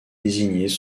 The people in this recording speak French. désignés